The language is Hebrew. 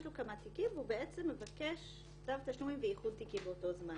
ההוצאה לפועל שהוא עומד בתנאי סעיף 69ב3 יכיר בו כחייב המשלם